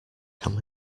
can